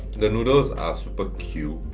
the noodles are super q.